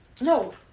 No